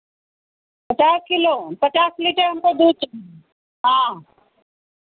पचास किलो पचास लीटर हमको दूध चाहिए हाँ